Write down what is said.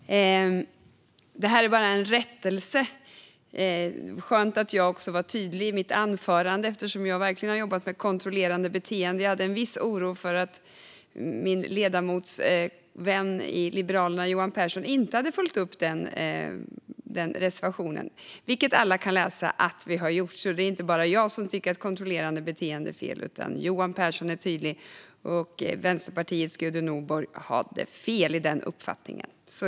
Fru talman! Jag ska bara göra en rättelse. Det var skönt att jag var tydlig i mitt anförande, eftersom jag verkligen har jobbat med kontrollerande beteende. Jag hade en viss oro över att min ledamotsvän i Liberalerna, Johan Pehrson, inte hade följt upp den reservationen. Men alla kan läsa att vi har gjort det. Det är inte bara jag som tycker att kontrollerande beteende är fel, utan Johan Pehrson är tydlig. Vänsterpartiets Gudrun Nordborg hade alltså fel om detta.